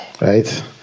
right